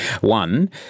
One